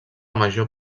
major